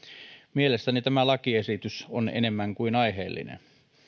mielestäni tämä lakiesitys on enemmän kuin aiheellinen